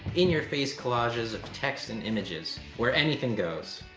in-your-face collages of text and images where anything goes.